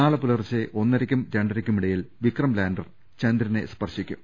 നാളെ പുലർച്ചെ ഒന്നരക്കും രണ്ടരക്കുമിട യിൽ വിക്രം ലാൻ്റർ ചന്ദ്രനെ സ്പർശിക്കും